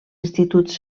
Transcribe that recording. instituts